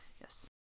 Yes